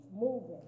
moving